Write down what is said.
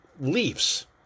leaves